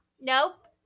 nope